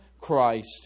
Christ